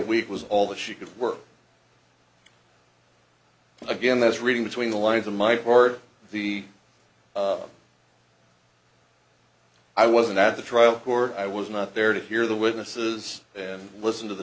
week was all that she could work again that's reading between the lines in my heart the i wasn't at the trial court i was not there to hear the witnesses and listen to the